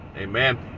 Amen